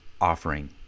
offering